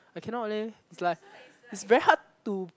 I cannot leh it's like it's very hard to